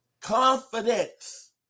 Confidence